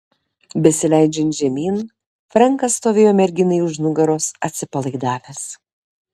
besileidžiant žemyn frenkas stovėjo merginai už nugaros atsipalaidavęs